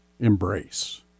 embrace